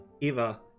Eva